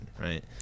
Right